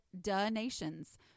donations